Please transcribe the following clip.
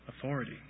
authority